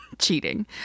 cheating